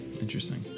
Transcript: Interesting